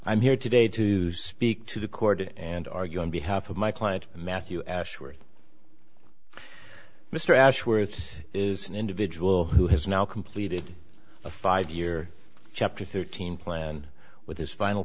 i'm here today to speak to the court and argue on behalf of my client matthew ashworth mr ashworth is an individual who has now completed a five year chapter thirteen plan with his final